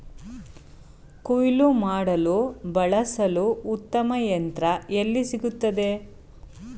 ಕುಯ್ಲು ಮಾಡಲು ಬಳಸಲು ಉತ್ತಮ ಯಂತ್ರ ಎಲ್ಲಿ ಸಿಗುತ್ತದೆ?